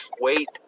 wait